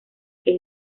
que